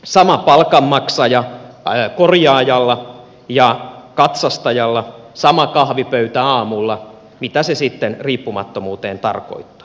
sama palkanmaksaja korjaajalla ja katsastajalla sama kahvipöytä aamulla mitä se sitten riippumattomuudelle tarkoittaa